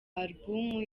alubumu